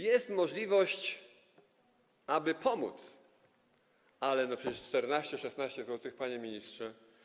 Jest możliwość, aby pomóc, ale przecież 14, 16 zł, panie ministrze.